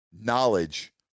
knowledge